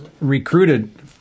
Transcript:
recruited